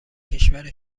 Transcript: کشور